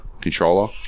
controller